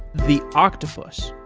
the octopus,